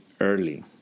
early